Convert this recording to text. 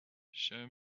show